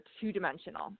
two-dimensional